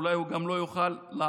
אולי הוא גם לא יוכל לעזור,